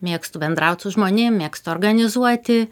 mėgstu bendraut su žmonėm mėgstu organizuoti